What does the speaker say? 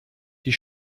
die